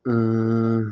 ओम